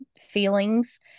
feelings